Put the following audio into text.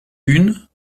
une